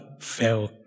fell